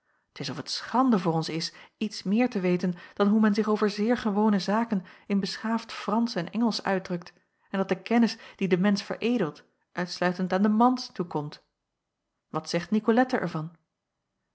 t is of het schande voor ons is iets meer te weten dan hoe men zich over zeer gewone zaken in beschaafd fransch en engelsch uitdrukt en dat de kennis die den mensch veredelt uitsluitend aan de mans toekomt wat zegt nicolette er